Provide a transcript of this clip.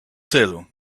tylu